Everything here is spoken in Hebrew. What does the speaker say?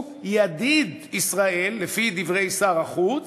הוא ידיד ישראל, לפי דברי שר החוץ.